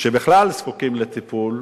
שבכלל זקוקים לטיפול,